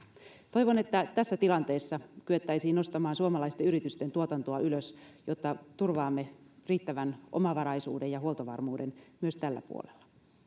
toivon että tässä tilanteessa kyettäisiin nostamaan suomalaisten yritysten tuotantoa ylös jotta turvaamme riittävän omavaraisuuden ja huoltovarmuuden myös tällä puolella